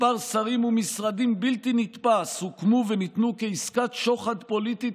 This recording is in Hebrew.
מספר שרים ומשרדים בלתי נתפס הוקמו וניתנו כעסקת שוחד פוליטית,